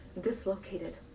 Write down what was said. dislocated